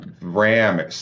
RAM